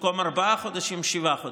במקום ארבעה חודשים, שבעה חודשים.